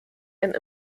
and